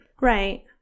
Right